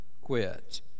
quit